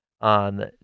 on